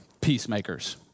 peacemakers